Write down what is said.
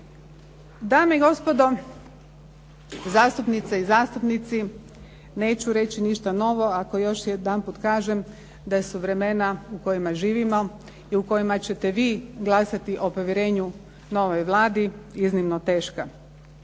Dame i gospodo zastupnice i zastupnici, neću reći ništa novo ako još jedanput kažem da su vremena u kojima živimo i u kojima ćete vi glasati o povjerenju novoj Vladi iznimno teška.